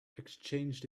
exchanged